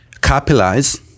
capitalize